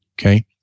Okay